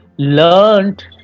learned